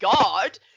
God